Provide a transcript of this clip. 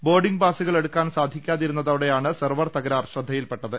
boarding പാസുകൾ എടുക്കാൻ സാധിക്കാ തിരുന്നതോടെയാണ് സെർവർ തകരാർ ശ്രദ്ധ്യിൽ പെട്ടത്